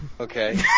Okay